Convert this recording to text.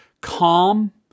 calm